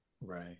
Right